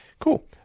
Cool